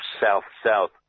South-South